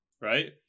Right